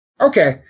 okay